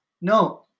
No